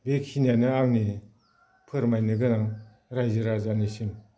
बेखिनियानो आंनि फोरमायनो गोनां रायजो राजानिसिम